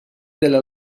della